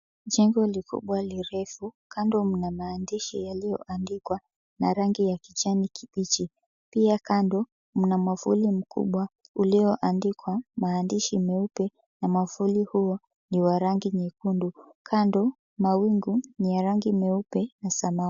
Jengo likubwa kirefu kando kuna maandishi yaliyoandikwa na rangi ya kijani kibichi pia kando Mna mwavuli mkubwa uliotandikwa maandishi meupe na mwavuli huo ni wa rangi nyekundu kando mawingu ni ya rangi nyeupe na samawati.